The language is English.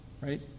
Right